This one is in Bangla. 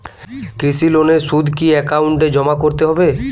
কৃষি লোনের সুদ কি একাউন্টে জমা করতে হবে?